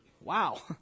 Wow